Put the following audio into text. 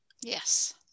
yes